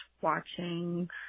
watching